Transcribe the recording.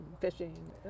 fishing